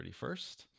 31st